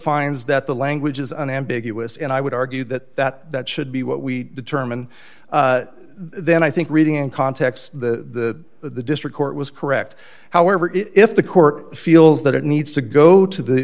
finds that the language is unambiguous and i would argue that that that should be what we determine then i think reading in context to the district court was correct however if the court feels that it needs to go to the